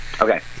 Okay